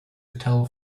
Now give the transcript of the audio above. hotel